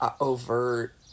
overt